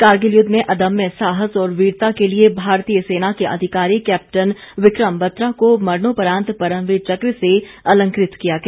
कारगिल युद्ध में अदम्य साहस और वीरता के लिए भारतीय सेना के अधिकारी कैप्टन विक्रम बत्रा को मरणोपरांत परमवीर चक्र से अलंकृत किया गया